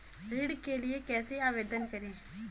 ऋण के लिए कैसे आवेदन करें?